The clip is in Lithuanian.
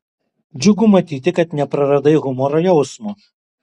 džiugu matyti kad nepraradai humoro jausmo